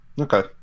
Okay